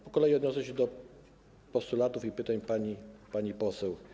Po kolei odniosę się do postulatów i pytań pani poseł.